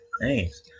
Nice